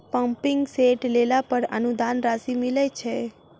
Pumping set लेला पर अनुदान राशि मिलय छैय?